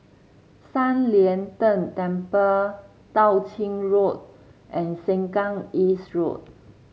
San Lian Deng Temple Tao Ching Road and Sengkang East Road